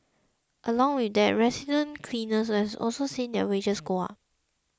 along with that resident cleaners have also seen their wages go up